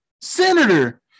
Senator